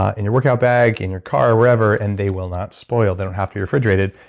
ah in your workout bag, in your car, wherever, and they will not spoil. they don't have to be refrigerated,